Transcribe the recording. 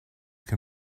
can